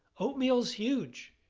oatmeal's huge.